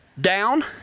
down